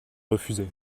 refusé